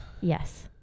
Yes